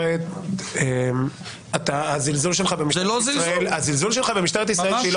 הזלזול שלך במשטרת ישראל.